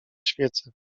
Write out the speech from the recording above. świecę